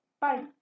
Bye